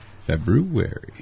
February